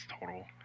total